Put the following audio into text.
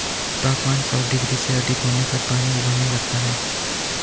तापमान सौ डिग्री से अधिक होने पर पानी उबलने लगता है